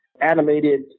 animated